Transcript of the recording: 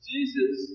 Jesus